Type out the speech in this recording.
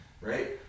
right